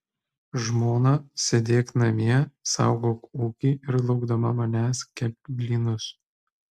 žmona sėdėk namie saugok ūkį ir laukdama manęs kepk blynus